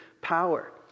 power